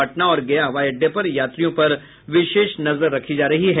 पटना और गया हवाई अड्डे पर यात्रियों पर विशेष नजर रखी जा रही है